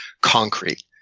concrete